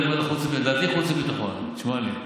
לדעתי חוץ וביטחון, תשמע לי.